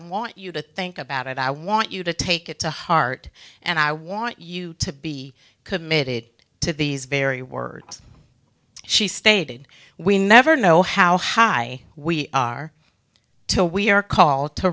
want you to think about it i want you to take it to heart and i want you to be committed to these very words she stated we never know how high we are to we are called to